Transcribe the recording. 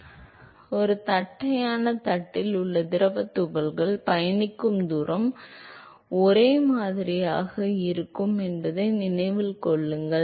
எனவே ஒரு தட்டையான தட்டில் உள்ள திரவத் துகள்கள் பயணிக்கும் தூரம் ஒரே மாதிரியாக இருக்கும் என்பதை நினைவில் கொள்ளுங்கள்